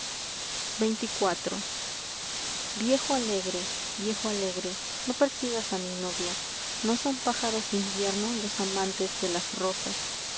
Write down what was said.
i iejo alegre no viejo alegre persigas á mi novia pájaros de invierno no son los amantes de las fosas